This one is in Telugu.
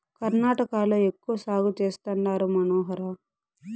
కర్ణాటకలో ఎక్కువ సాగు చేస్తండారు మనోహర